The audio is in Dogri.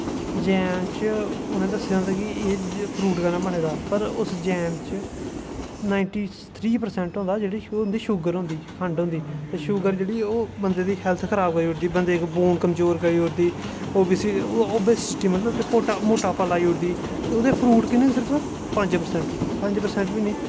जैम उ'नें दस्से दा होंदा कि फ्रूट कन्नै बने दा पर उस जैम च नाईटी थ्री परसैंट होंदा जेह्ड़ी शुगर होंदी खंड होंदी ते शुगर जेह्ड़ी ओह् बंदे दी हैल्थ खराब करी ओड़दी बंदे दी बोनस खराब करी ओड़दी ओह् मतलब कि मटापा लाई ओड़दी ओह्दे च फ्रूट किन्ने सिर्फ पंज परसैंट पंज परसैंट बी निं